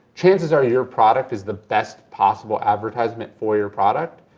chances are your product is the best possible advertisement for your product,